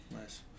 Nice